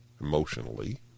emotionally